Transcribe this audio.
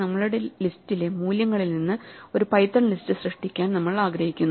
നമ്മളുടെ ലിസ്റ്റിലെ മൂല്യങ്ങളിൽ നിന്ന് ഒരു പൈത്തൺ ലിസ്റ്റ് സൃഷ്ടിക്കാൻ നമ്മൾ ആഗ്രഹിക്കുന്നു